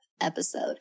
episode